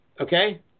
Okay